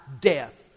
death